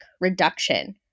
reduction